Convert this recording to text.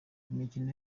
imikino